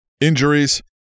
injuries